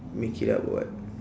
make it up [what]